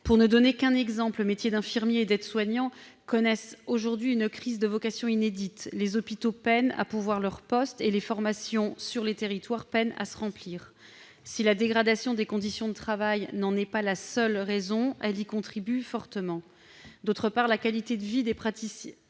Pour ne donner qu'un exemple, les métiers d'infirmier et d'aide-soignant connaissent aujourd'hui une crise des vocations inédite. Les hôpitaux peinent à pourvoir leurs postes, et les formations sur les territoires ont du mal à se remplir. Si la dégradation des conditions de travail n'en est pas la seule raison, elle y contribue fortement. Par ailleurs, la qualité de vie des praticiens